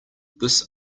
this